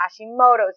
Hashimoto's